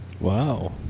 Wow